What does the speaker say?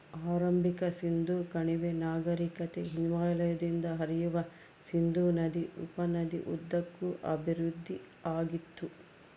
ಆರಂಭಿಕ ಸಿಂಧೂ ಕಣಿವೆ ನಾಗರಿಕತೆ ಹಿಮಾಲಯದಿಂದ ಹರಿಯುವ ಸಿಂಧೂ ನದಿ ಉಪನದಿ ಉದ್ದಕ್ಕೂ ಅಭಿವೃದ್ಧಿಆಗಿತ್ತು